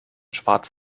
schwarz